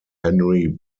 henry